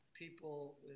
People